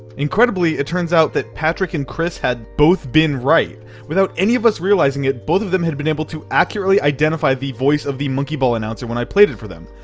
incredibly, it turns out that patrick and chris had both been right without any of us realizing it, both of them had been able to accurately identify the voice of the monkey ball announcer when i played it for them.